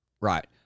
Right